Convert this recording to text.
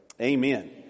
Amen